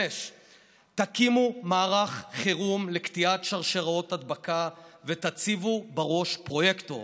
5. תקימו מערך חירום לקטיעת שרשרות הדבקה ותציבו בראש פרויקטור.